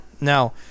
Now